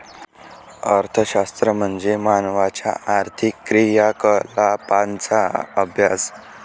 अर्थशास्त्र म्हणजे मानवाच्या आर्थिक क्रियाकलापांचा अभ्यास